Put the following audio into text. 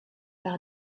par